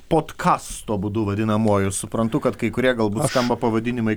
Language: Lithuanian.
podkasto tuo būdu vadinamuoju suprantu kad kai kurie galbūt skamba pavadinimai